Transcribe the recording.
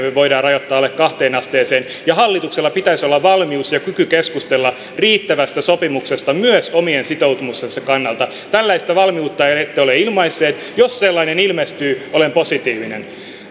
voidaan rajoittaa alle kahteen asteeseen hallituksella pitäisi olla valmius ja kyky keskustella riittävästä sopimuksesta myös omien sitoumustensa kannalta tällaista valmiutta ette ole ilmaisseet jos sellainen ilmestyy olen positiivinen